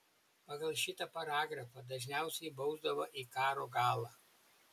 pagal šitą paragrafą dažniausiai bausdavo į karo galą